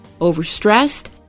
overstressed